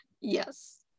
Yes